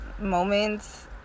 moments